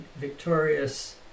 victorious